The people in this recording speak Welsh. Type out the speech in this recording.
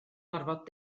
orfod